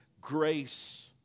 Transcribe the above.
grace